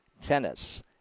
tennis